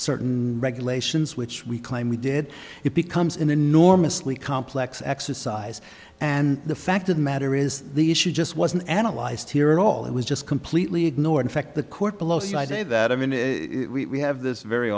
certain regulations which we claim we did it becomes an enormously complex exercise and the fact of the matter is the issue just wasn't analyzed here at all it was just completely ignored in fact the court below said i say that i mean we have this very